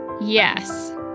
yes